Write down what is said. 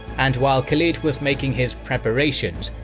and while khalid was making his preparations,